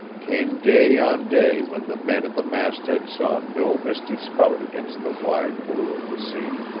came day on day when the men at the masthead saw no misty spout against the wide blue of the sea,